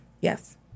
yes